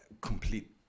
complete